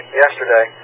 yesterday